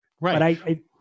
Right